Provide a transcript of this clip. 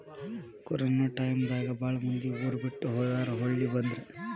corona time ದಾಗ ಬಾಳ ಮಂದಿ ಊರ ಬಿಟ್ಟ ಹೊದಾರ ಹೊಳ್ಳಿ ಬಂದ್ರ